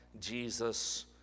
Jesus